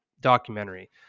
documentary